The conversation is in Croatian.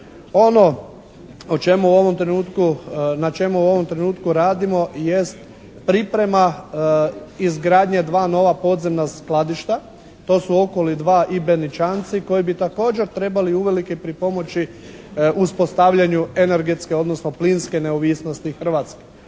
na čemu u ovom trenutku radimo jest priprema izgradnje dva nova podzemna skladišto. To su Okoli 2 i Beničanci koji bi također trebali uvelike pripomoći uspostavljanju energetske odnosno plinske neovisnosti Hrvatske.